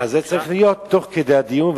זה צריך להיות תוך כדי הדיון,